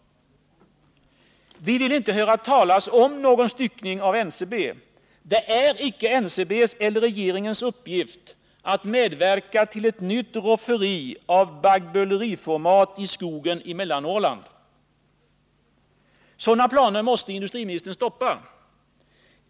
Vi vill inte höra talas om någon styckning av NCB. Det är inte NCB:s eller regeringens uppgift att medverka till ett nytt rofferi av baggböleriformat i skogen i Mellannorrland. Sådana planer måste industriministern stoppa.